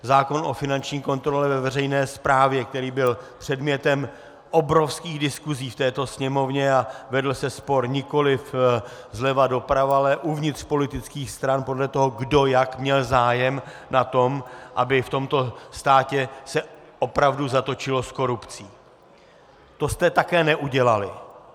Zákon o finanční kontrole ve veřejné správě, který byl předmětem obrovských diskusí v této Sněmovně a vedl se spor nikoli zleva doprava, ale uvnitř politických stran podle toho, kdo jak měl zájem na tom, aby v tomto státě se opravdu zatočilo s korupcí, to jste také neudělali.